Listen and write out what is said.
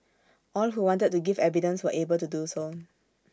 all who wanted to give evidence were able to do so